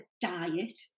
diet